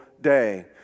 day